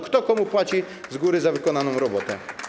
Kto komu płaci z góry za wykonaną robotę?